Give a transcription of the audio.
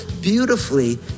beautifully